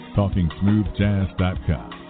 talkingsmoothjazz.com